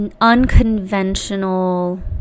unconventional